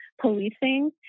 policing